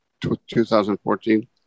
2014